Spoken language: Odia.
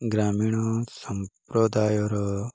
ଗ୍ରାମୀଣ ସମ୍ପ୍ରଦାୟର